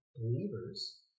believers